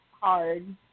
hard